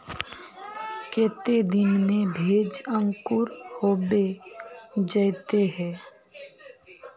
केते दिन में भेज अंकूर होबे जयते है?